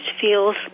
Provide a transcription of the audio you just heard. feels